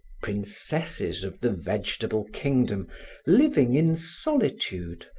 princesses of the vegetable kingdom living in solitude,